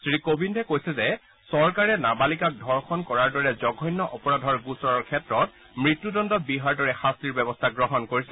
শ্ৰীকোৱিন্দে কৈছে যে চৰকাৰে নাবালিকাক ধৰ্যণ কৰাৰ দৰে জঘন্য অপৰাধৰ গোচৰৰ ক্ষেত্ৰত মৃত্যুদণ্ড বিহাৰ দৰে শাস্তিৰ ব্যৱস্থা গ্ৰহণ কৰিছে